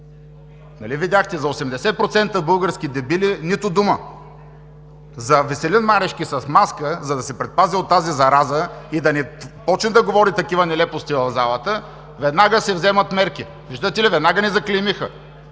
Нали видяхте – за 80% български дебили нито дума! За Веселин Марешки с маска, за да се предпази от тази зараза и да не започне да говори такива нелепости в залата, веднага се вземат мерки. Виждате ли, веднага ни заклеймиха!